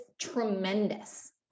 tremendous